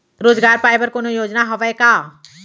रोजगार पाए बर कोनो योजना हवय का?